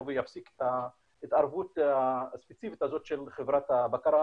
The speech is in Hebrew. ויפסיק את ההתערבות הספציפית הזאת של חברת הבקרה